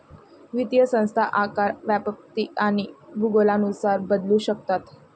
वित्तीय संस्था आकार, व्याप्ती आणि भूगोलानुसार बदलू शकतात